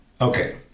Okay